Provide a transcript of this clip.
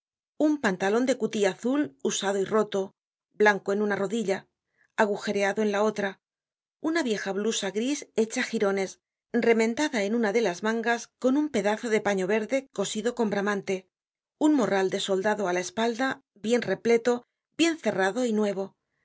un pantalon de cutí azul usado y roto blanco en una rodilla agujereado en la otra una vieja blusa gris hecha girones remendada en una de las mangas con un pedazo de paño verde cosido con bramante un morral de soldado á la espalda bien repleto bien cerrado y nuevo